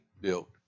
built